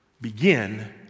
begin